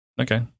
okay